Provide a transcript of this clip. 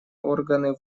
органы